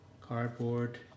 cardboard